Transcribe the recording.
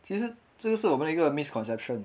其实真的是我们的一个 misconception